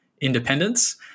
independence